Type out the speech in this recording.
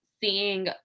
seeing